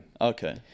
Okay